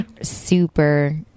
super